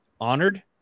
honored